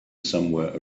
somewhere